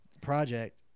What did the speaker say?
project